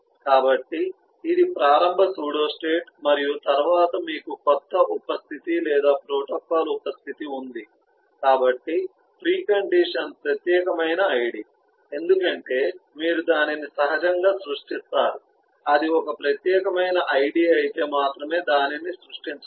కాబట్టి ఇది ప్రారంభ సూడోస్టేట్ మరియు తరువాత మీకు కొత్త ఉప స్థితి లేదా ప్రోటోకాల్ ఉప స్థితి ఉంది కాబట్టి ప్రీ కండిషన్ ప్రత్యేకమైన ఐడి ఎందుకంటే మీరు దానిని సహజంగా సృష్టిస్తారు అది ఒక ప్రత్యేకమైన ఐడి అయితే మాత్రమే దానిని సృష్టించవచ్చు